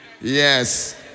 Yes